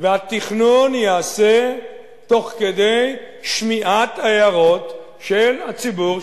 והתכנון ייעשה תוך כדי שמיעת ההערות של הציבור,